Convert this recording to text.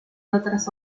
otras